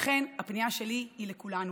לכן, הפנייה שלי היא לכולנו,